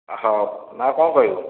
ହଉ ନା ଆଉ କ'ଣ କହିବୁ